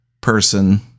person